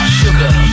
sugar